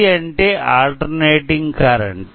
C అంటే alternating current